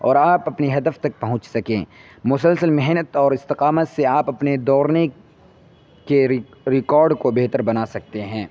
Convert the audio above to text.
اور آپ اپنی ہدف تک پہنچ سکیں مسلسل محنت اور استقامت سے آپ اپنے دوڑنے کے ریکارڈ کو بہتر بنا سکتے ہیں